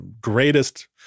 greatest